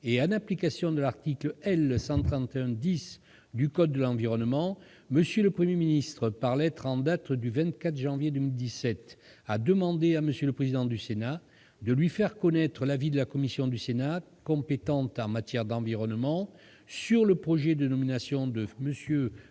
et en application de l'article L. 131-10 du code de l'environnement, M. le Premier ministre, par lettre en date du 24 janvier 2017, a demandé à M. le président du Sénat de lui faire connaître l'avis de la commission du Sénat compétente en matière d'environnement sur le projet de nomination de M.